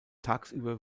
tagsüber